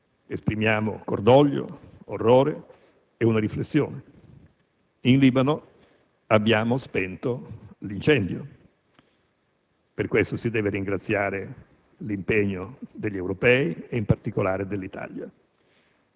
Esprimiamo cordoglio, orrore e una riflessione: in Libano abbiamo spento l'incendio. Per questo si deve ringraziare l'impegno degli europei e in particolare dell'Italia,